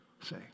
Say